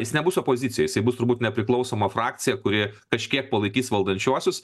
jis nebus opozicijoj jisai bus turbūt nepriklausoma frakcija kuri kažkiek palaikys valdančiuosius